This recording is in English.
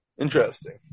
Interesting